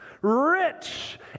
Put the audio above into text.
Rich